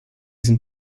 sind